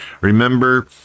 remember